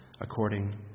according